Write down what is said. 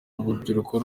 urubyiruko